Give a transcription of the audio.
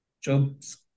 Job's